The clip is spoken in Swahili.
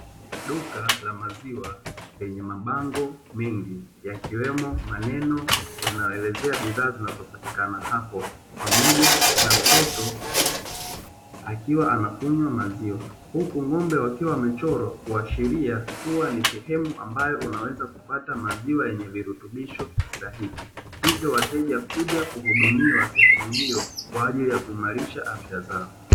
Duka la maziwa yenye mabango mengi yakiwemo maneno yanayoelezea bidhaa zinazopatikana hapo, pamoja na mtoto akiwa anakunywa maziwa. Huku ng'ombe wakiwa wamechorwa kuashiria kuwa ni sehemu ambayo unaweza kupata maziwa yenye virutubisho stahiki, hivyo wateja huja kuhudumiwa sehemu hiyo kwa ajili ya kuimarisha afya zao.